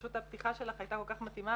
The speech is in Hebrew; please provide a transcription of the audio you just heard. פשוט הפתיחה שלך הייתה כל כך מתאימה